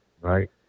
Right